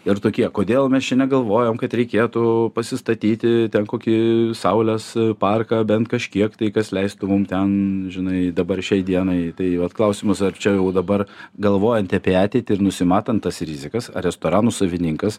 ir tokie kodėl mes čia negalvojom kad reikėtų pasistatyti ten kokį saulės parką bent kažkiek tai kas leistų mum ten žinai dabar šiai dienai tai vat klausimas ar čia o dabar galvojant apie ateitį ir nusimatant tas rizikas restoranų savininkas